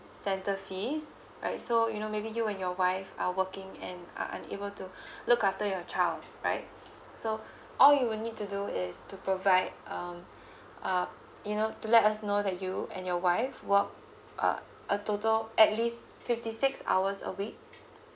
center fees right so you know maybe you and your wife are working and are unable to look after your child right so all you will need to do is to provide um uh you know to let us know that you and your wife work uh a total at least fifty six hours a week